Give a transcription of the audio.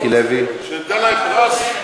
שניתן להם פרס?